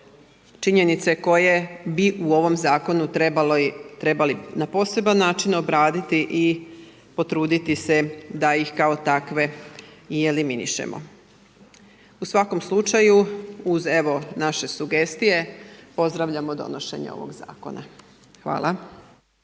činjenice koje bi u ovom zakonu trebali na poseban način obraditi i potruditi se da ih kao takve i eliminiramo. U svakom slučaju uz evo naše sugestije, pozdravljamo donošenje ovog zakona. Hvala.